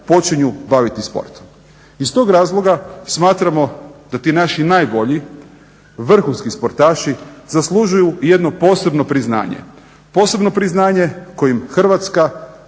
počinju baviti sportom. Iz tog razloga smatramo da ti naši najbolji vrhunski sportaši zaslužuju jedno posebno priznanje. Posebno priznanje kojim Hrvatska